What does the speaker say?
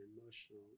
emotional